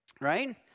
right